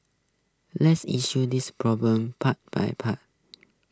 let's issue this problem part by part